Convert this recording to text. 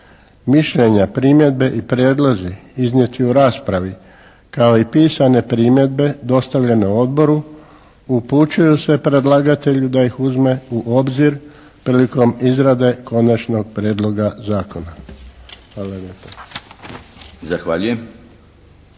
mišljenja, primjedbe i prijedlozi iznijeti u raspravi kao i pisane primjedbe dostavljene Odboru upućuju se predlagatelju da ih uzme u obzir prilikom izrade Konačnog prijedloga Zakona. Hvala